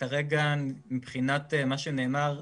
מבחינת מה שנאמר,